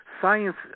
Science